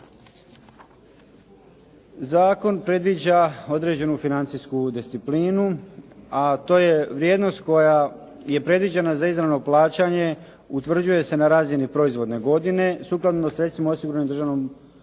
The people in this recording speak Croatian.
Zakon predviđa određenu financijsku disciplinu, a to je vrijednost koja je predviđena za izravno plaćanje. Utvrđuje se na razini proizvodne godine sukladno sredstvima osiguranim u državnom